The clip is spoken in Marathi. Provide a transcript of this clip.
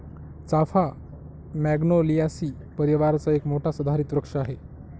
चाफा मॅग्नोलियासी परिवाराचा एक मोठा सदाहरित वृक्ष आहे